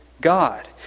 God